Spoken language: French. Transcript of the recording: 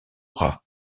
rats